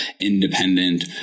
independent